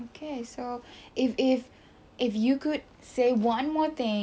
okay so if if if you could say one more thing